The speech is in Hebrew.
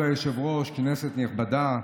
כבוד היושב-ראש, כנסת נכבדה,